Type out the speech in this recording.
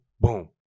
boom